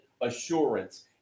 assurance